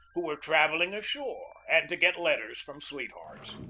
who were travelling ashore, and to get letters from sweethearts.